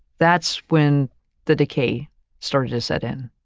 that's when the decay started to set in.